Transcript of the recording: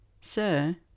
Sir